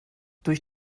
durch